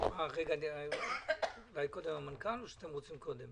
אני עוד לא אומר איך נעשה את זה אבל אני מקבל כל הזמן